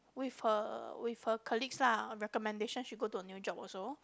with her with her colleagues lah on recommendation she go to a new job also